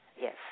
yes